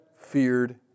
feared